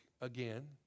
again